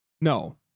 No